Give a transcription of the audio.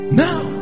now